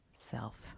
self